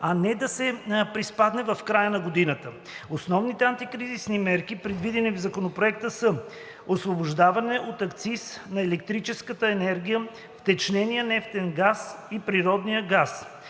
а не да се приспадне в края на годината. Основните антикризисни мерки, предвидени в Законопроекта, са: - освобождаване от акциз на електрическата енергия, втечнения нефтен газ и природния газ;